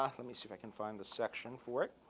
ah let me see if i can find the section for it.